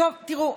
טוב, תראו.